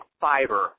fiber